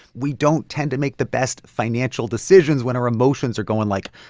we don't tend to make the best financial decisions when our emotions are going, like,